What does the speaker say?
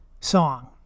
song